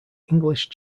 english